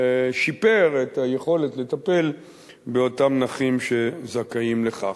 שיפר את היכולת לטפל באותם נכים שזכאים לכך.